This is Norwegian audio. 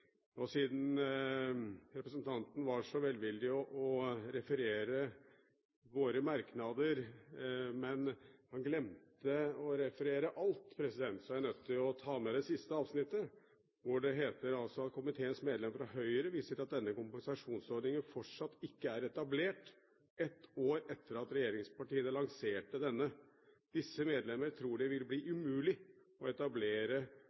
omganger. Siden representanten var så velvillig å referere våre merknader, men glemte å referere alt, er jeg nødt til å ta med det siste avsnittet: «Komiteens medlemmer fra Høyre viser til at denne kompensasjonsordningen fortsatt ikke er etablert, ett år etter at regjeringspartiene lanserte denne. Disse medlemmer tror det ville bli umulig å etablere